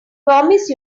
promise